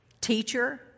teacher